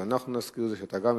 אבל אנחנו נזכיר שגם אתה מהיוזמים